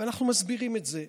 ואנחנו מסבירים את זה,